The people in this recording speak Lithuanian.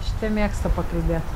šitie mėgsta pakalbėt